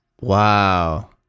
wow